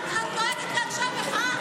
באנשי המחאה?